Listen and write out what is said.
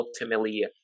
ultimately